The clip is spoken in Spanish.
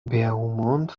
beaumont